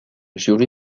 jury